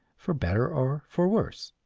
for better or for worse.